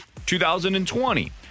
2020